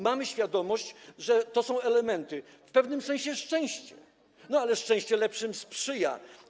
Mamy świadomość, że to są elementy, w pewnym sensie szczęście, ale szczęście sprzyja lepszym.